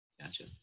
Gotcha